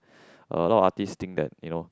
a lot artist think that you know